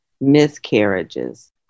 miscarriages